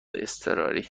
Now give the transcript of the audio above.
اضطراری